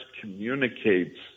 communicates